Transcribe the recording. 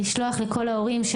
לשלוח לכל ההורים,